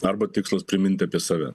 arba tikslas priminti apie save